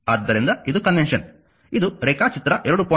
ಆದ್ದರಿಂದ ಇದು ಕನ್ವೆನ್ಷನ್ ಇದು ರೇಖಾಚಿತ್ರ 2